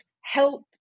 help